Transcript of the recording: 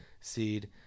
seed